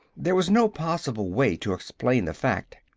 there was no possible way to explain the fact,